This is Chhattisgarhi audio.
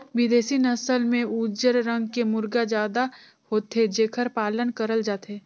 बिदेसी नसल में उजर रंग के मुरगा जादा होथे जेखर पालन करल जाथे